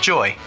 Joy